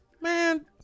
Man